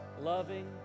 loving